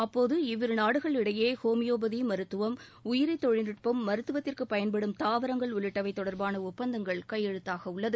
அப்போது இவ்விரு நாடுகள் இடையே ஹோமியோபதி மருத்துவம் உயிரி தொழில்நுட்பம் மருத்துவத்திற்கு பயன்படும் தாவரங்கள் உள்ளிட்டவை தொடர்பான ஒப்பந்தங்கள் கையெழுத்தாக உள்ளது